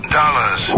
dollars